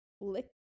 lick